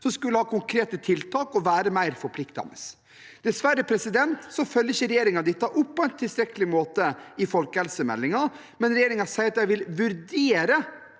som skulle ha konkrete tiltak og være mer forpliktende. Dessverre følger ikke regjeringen opp det på en tilstrekkelig måte i folkehelsemeldingen, men de sier at de vil vurdere